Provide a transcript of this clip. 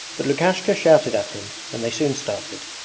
but lukashka shouted at him and they soon started.